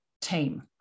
team